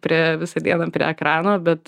prie visą dieną prie ekrano bet